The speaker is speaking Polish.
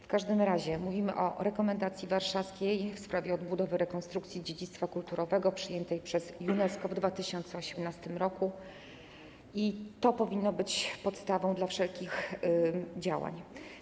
W każdym razie mówimy o „Rekomendacji warszawskiej w sprawie odbudowy i rekonstrukcji dziedzictwa kulturowego” przyjętej przez UNESCO w 2018 r., i to powinno być podstawą wszelkich działań.